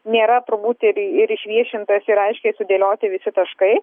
nėra turbūt ir ir išviešintas ir aiškiai sudėlioti visi taškai